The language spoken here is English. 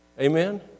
Amen